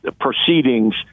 proceedings